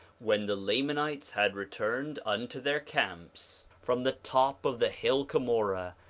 when the lamanites had returned unto their camps, from the top of the hill cumorah,